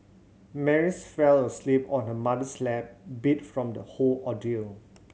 Mary's fell asleep on her mother's lap beat from the whole ordeal